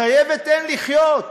חיה ותן לחיות.